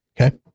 Okay